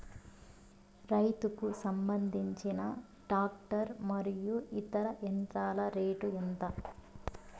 రైతుకు సంబంధించిన టాక్టర్ మరియు ఇతర యంత్రాల రేటు ఎంత?